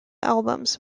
albums